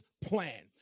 plan